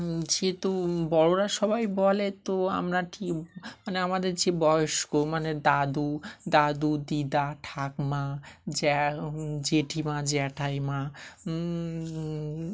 যেহেতু বড়রা সবাই বলে তো আমরা ঠিক মানে আমাদের যে বয়স্ক মানে দাদু দাদু দিদা ঠাকমা জ্যা জেঠিমা জ্যাঠাইমা